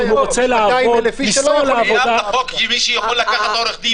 אם הוא רוצה לעבוד -- זה מי שיכול לקחת עורך-דין